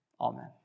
Amen